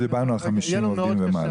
דיברנו על 50 עובדים ומעלה.